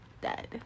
dead